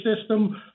system